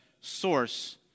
source